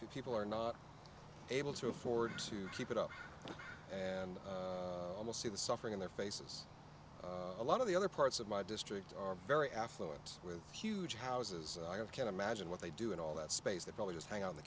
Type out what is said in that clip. people are not able to afford to keep it up and almost see the suffering in their faces a lot of the other parts of my district are very affluent with huge houses i have can't imagine what they do and all that space that probably just hang on the